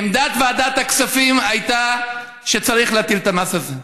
עמדת ועדת הכספים הייתה שצריך להטיל את המס הזה.